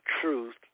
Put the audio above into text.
Truth